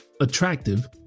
attractive